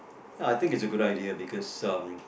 ya I think it's a good idea because um